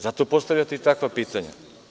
Zato postavljate i takva pitanja.